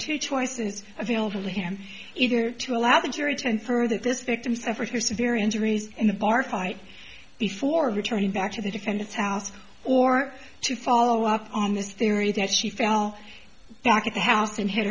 choices available to him either to allow the jury ten for this victim suffered his very injuries in the bar fight before returning back to the defendant's house or to follow up on this theory that she fell back at the house and hit